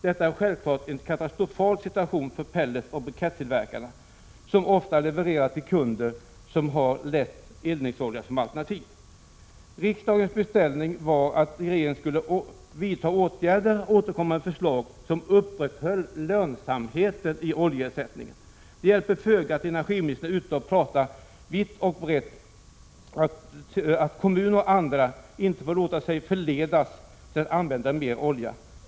Detta är självfallet en katastrofal situation för pelletsoch brikettillverkarna, som ofta leverar till kunder med lätt eldningsolja som alternativ. Riksdagens beställning var att regeringen skulle vidta åtgärder och återkomma med förslag innebärande att man upprätthöll lönsamheten i oljeersättningen. Det hjälper föga att energiministern är ute och talar vitt och brett om att kommuner och andra inte får låta sig förledas till att använda mer olja.